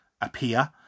appear